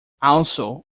also